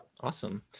Awesome